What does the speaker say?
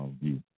view